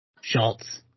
Schultz